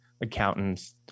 accountants